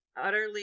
utterly